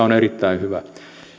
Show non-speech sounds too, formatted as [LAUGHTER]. [UNINTELLIGIBLE] on erittäin hyvä